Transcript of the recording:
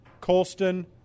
Colston